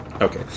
okay